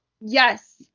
Yes